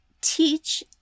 teach